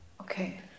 Okay